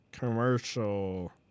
Commercial